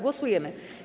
Głosujemy.